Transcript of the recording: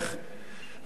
והוא ערך חשוב.